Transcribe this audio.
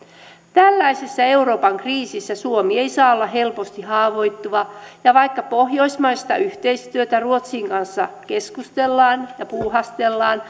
tällaisessa euroopan kriisissä suomi ei saa olla helposti haavoittuva ja vaikka pohjoismaisesta yhteistyöstä ruotsin kanssa keskustellaan ja sitä puuhastellaan